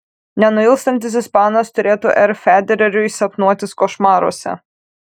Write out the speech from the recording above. nenuilstantis ispanas turėtų r federeriui sapnuotis košmaruose